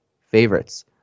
favorites